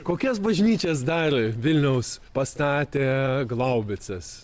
kokias bažnyčias dar vilniaus pastatė glaubicas